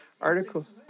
articles